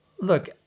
Look